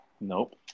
Nope